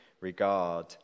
regard